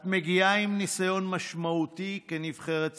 את מגיעה עם ניסיון משמעותי כנבחרת ציבור.